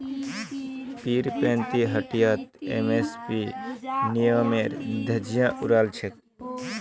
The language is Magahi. पीरपैंती हटियात एम.एस.पी नियमेर धज्जियां उड़ाई छेक